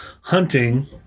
hunting